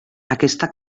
aquesta